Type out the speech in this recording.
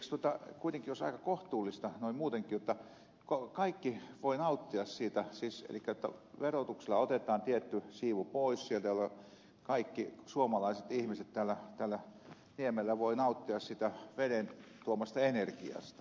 eikös kuitenkin olisi aika kohtuullista noin muutenkin jotta kaikki voivat nauttia siitä elikkä että verotuksella otetaan tietty siivu pois sieltä jolloin kaikki suomalaiset ihmiset tällä niemellä voivat nauttia siitä veden tuomasta energiasta